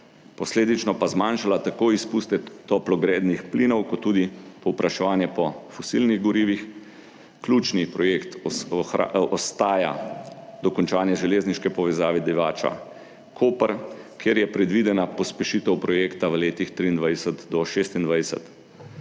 posledično pa zmanjšala tako izpuste toplogrednih plinov kot tudi povpraševanje po fosilnih gorivih. Ključni projekt ostaja dokončanje železniške povezave Divača-Koper, kjer je predvidena pospešitev projekta v letih 2023-2026.